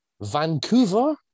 Vancouver